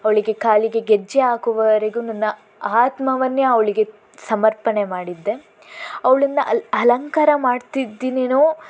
ಅವಳಿಗೆ ಕಾಲಿಗೆ ಗೆಜ್ಜೆ ಹಾಕುವವರೆಗೂ ನನ್ನ ಆತ್ಮವನ್ನೇ ಅವಳಿಗೆ ಸಮರ್ಪಣೆ ಮಾಡಿದ್ದೆ ಅವಳನ್ನು ಅಲ್ಲಿ ಅಲಂಕಾರ ಮಾಡುತ್ತಿದ್ದೀನೇನೋ